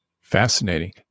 Fascinating